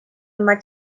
maig